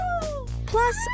Plus